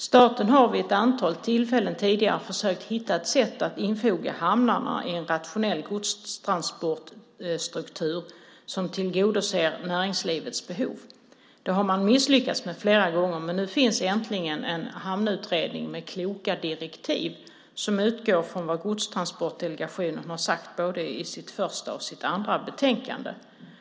Staten har vid ett antal tidigare tillfällen försökt hitta ett sätt att infoga hamnarna i en rationell godstransportstruktur som tillgodoser näringslivets behov. Detta har man misslyckats med flera gånger, men nu finns äntligen en hamnutredning med kloka direktiv som utgår från vad Godstransportdelegationen har sagt i sitt första och andra betänkande.